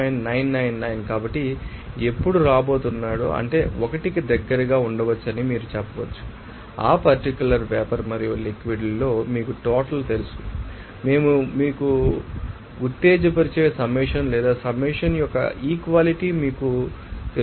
కాబట్టి ఎప్పుడు రాబోతున్నాడో అంటే 1 కి దగ్గరగా ఉండవచ్చని మీరు చెప్పవచ్చు ఆ పర్టిక్యూలర్ వేపర్ మరియు లిక్విడ్ ంలో మీకు టోటల్ తెలుసు మేము మీకు ఇస్తున్నాము ఇది మీకు ఉత్తేజపరిచే సమ్మేషన్ లేదా సమ్మేషన్ యొక్క ఈక్వాలిటీ మీకు తెలుస్తుంది